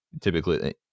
typically